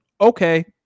okay